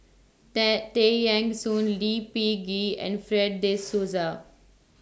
Tay Tay Eng Soon Lee Peh Gee and Fred De Souza